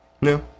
no